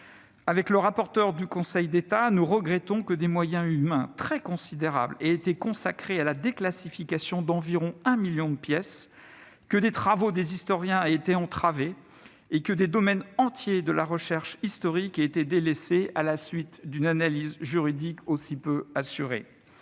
Comme le rapporteur du Conseil d'État, je regrette que des moyens humains très considérables aient été consacrés à la déclassification d'environ un million de pièces, que des travaux d'historiens aient été entravés et que des domaines entiers de la recherche historique aient été délaissés à la suite d'une analyse juridique aussi peu assurée.